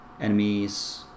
enemies